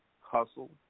hustle